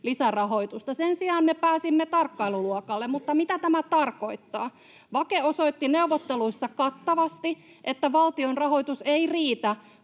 lisärahoitusta. Sen sijaan me pääsimme tarkkailuluokalle, mutta mitä tämä tarkoittaa? VAKE osoitti neuvotteluissa kattavasti, että valtion rahoitus ei riitä